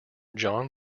john